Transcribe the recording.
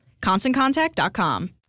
ConstantContact.com